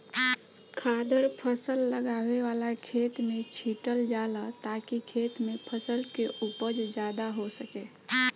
खादर फसल लगावे वाला खेत में छीटल जाला ताकि खेत में फसल के उपज ज्यादा हो सके